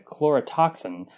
chlorotoxin